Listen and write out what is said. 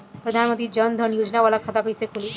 प्रधान मंत्री जन धन योजना वाला खाता कईसे खुली?